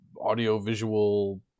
audio-visual